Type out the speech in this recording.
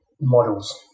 Models